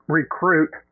recruit